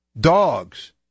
Dogs